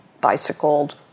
bicycled